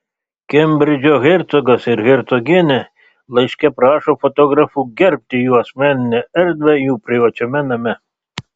kembridžo hercogas ir hercogienė laiške prašo fotografų gerbti jų asmeninę erdvę jų privačiame name